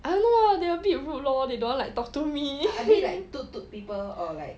I don't know they will be rude lor they don't like talk to me